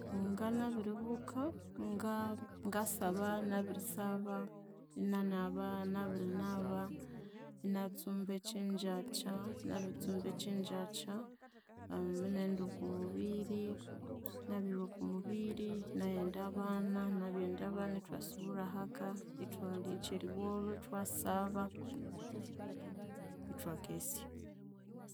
ngana biribuka nga- ngasaba nabirisaba inanaba, nabirinaba inatsumba ekyengyakya, nabiritsumba ekyengyakya inaghenda okwa mubiri nabilhwa okumubiri, ina enda abana, nabiyenda abana, ithwasubulha ahaka ithwalhya ekyeriwolho, ithwasaba, ithwakesya